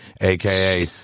aka